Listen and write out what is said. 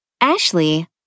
Ashley